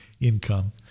income